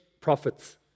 profits